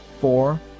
four